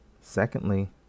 secondly